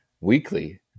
weekly